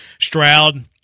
Stroud